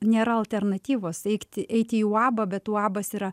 nėra alternatyvos eigti eiti į uabą bet uabas yra